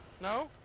No